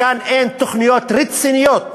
כאן אין תוכניות רציניות